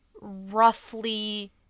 roughly